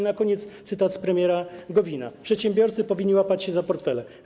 Na koniec cytat z premiera Gowina: Przedsiębiorcy powinni łapać się za portfele.